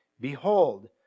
Behold